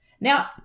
Now